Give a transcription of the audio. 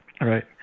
right